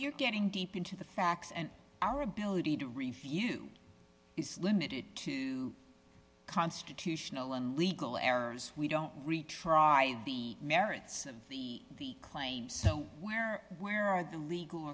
you getting deep into the facts and our ability to review is limited to constitutional and legal errors we don't retry the merits of the claims where where are the legal